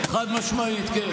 חד-משמעית, כן.